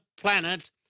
planet